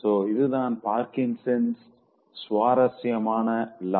so இதுதான் பார்க்கின்ஸின்Parkinsons சுவாரசியமான லா